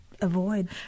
avoid